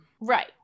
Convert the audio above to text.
Right